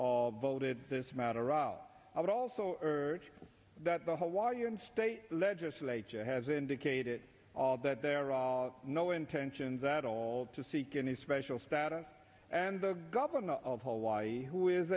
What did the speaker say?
all voted this matter out i would also urge that the why are you in state legislature has indicated that there are no intentions at all to seek any special status and the governor of hawaii who is